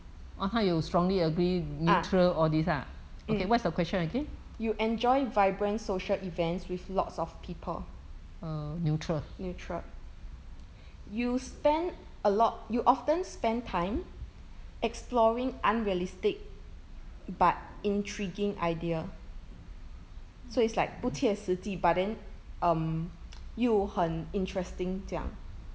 ah mm you enjoy vibrant social events with lots of people neutral you spend a lot you often spend time exploring unrealistic but intriguing idea so it's like 不切实际 but then um 又很 interesting 这样